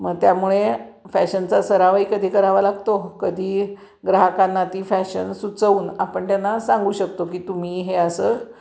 मग त्यामुळे फॅशनचा सरावही कधी करावा लागतो कधी ग्राहकांना ती फॅशन सुचवून आपण त्यांना सांगू शकतो की तुम्ही हे असं